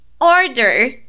order